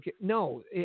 no